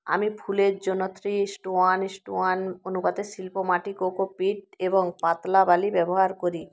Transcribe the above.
আমি ফুলের জন্য three is two one is two one অনুপাতে শিল্প মাটি কোকোপিট এবং পাতলা বালি ব্যবহার করি